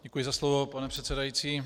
Děkuji za slovo, pane předsedající.